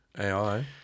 AI